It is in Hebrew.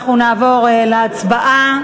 אנחנו נעבור להצבעה.